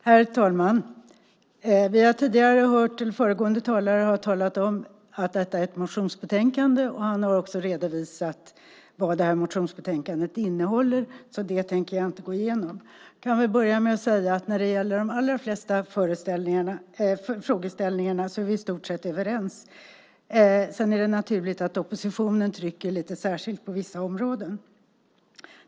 Herr talman! Föregående talare har talat om att detta är ett motionsbetänkande, och han har också redovisat vad motionsbetänkandet innehåller, så det tänker jag inte gå igenom. Jag kan börja med att säga att vi är i stort sett överens i de allra flesta frågeställningarna. Sedan är det naturligt att oppositionen trycker lite särskilt på vissa områden.